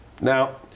Now